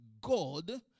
God